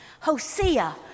Hosea